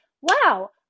Wow